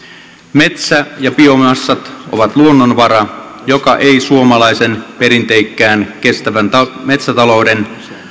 metsä ja biomassat ovat luonnonvara joka ei suomalaisen perinteikkään kestävän metsätalouden